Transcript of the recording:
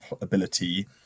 ability